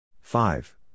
Five